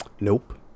nope